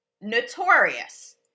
Notorious